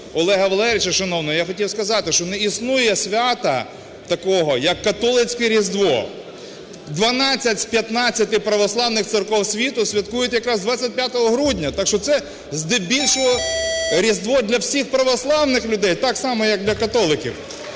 Олега Валерійовича шановного я хотів сказати, що не існує свята такого як католицьке Різдво. 12 з 15 православних церков світу святкують якраз 25 грудня, так що це здебільшого Різдво для всіх православних людей так само як для католиків.